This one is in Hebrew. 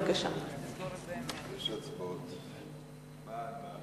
חוק לתיקון פקודת העיריות